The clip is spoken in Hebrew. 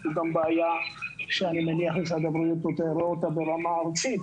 זו גם בעיה שאני מניח שמשרד הבריאות רואה אותה ברמה ארצית